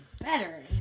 better